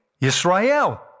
Israel